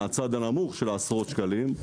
מן הצד הנמוך של העשרות שקלים,